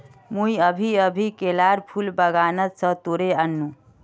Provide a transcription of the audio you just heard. मुई अभी अभी केलार फूल बागान स तोड़े आन नु